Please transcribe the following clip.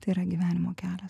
tai yra gyvenimo kelias